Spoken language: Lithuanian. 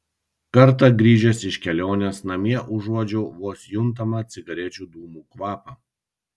kartą grįžęs iš kelionės namie užuodžiau vos juntamą cigarečių dūmų kvapą